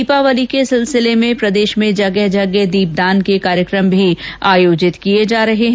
दीपावली के सिलसिले में प्रदेश में जगह जगह दीपदान के कार्यक्रम भी आयोजित किये जा रहे हैं